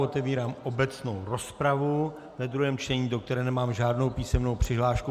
Otevírám obecnou rozpravu ve druhém čtení, do které nemám žádnou písemnou přihlášku.